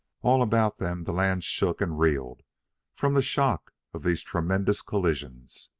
all about them the land shook and reeled from the shock of these tremendous collisions.